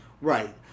Right